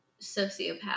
sociopath